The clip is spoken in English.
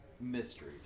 mystery